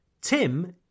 Tim